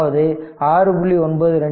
அதாவது 6